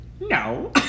No